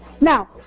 Now